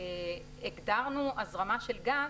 והגדרנו הזרמה של גז,